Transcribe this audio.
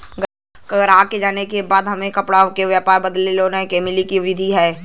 गराहक के जाने के बा कि हमे अपना कपड़ा के व्यापार बदे लोन कैसे मिली का विधि बा?